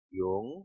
yung